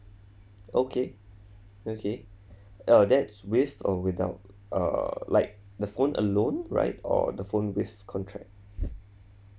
okay okay uh that's with or without like the phone alone right or the phone with contract